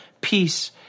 peace